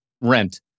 Rent